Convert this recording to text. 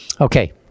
Okay